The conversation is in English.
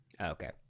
Okay